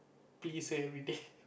please everyday